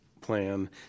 plan